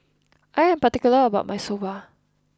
I am particular about my Soba